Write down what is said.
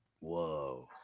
Whoa